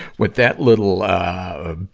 what that little, ah,